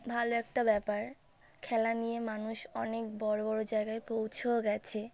ভালো একটা ব্যাপার খেলা নিয়ে মানুষ অনেক বড় বড় জায়গায় পৌঁছেও গেছে